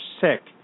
sick